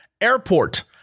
airport